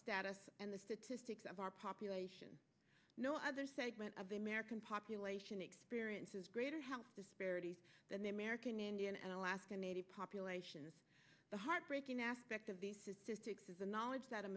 status and the statistics of our population no other segment of the american population experiences greater health disparities than the american indian and alaska native populations the heartbreaking aspect of the knowledge that a